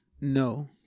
no